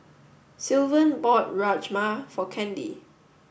Sylvan bought Rajma for Candy